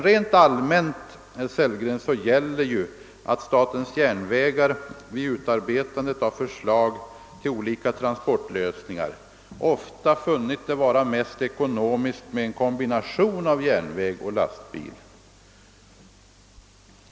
Rent allmänt, herr Sellgren, gäller emellertid att statens järnvägar vid utarbetandet av förslag till olika transportlösningar ofta funnit det vara mest ekonomiskt med en kombination av järnvägstransport och lastbilstransport.